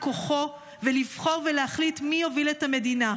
כוחו ולבחור ולהחליט מי יוביל את המדינה.